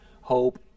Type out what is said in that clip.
hope